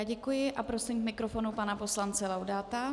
Děkuji a prosím k mikrofonu pana poslance Laudáta.